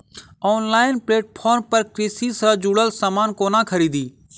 Online platform पर कृषि सँ जुड़ल समान कोना खरीदी?